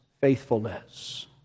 faithfulness